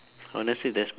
honestly that's my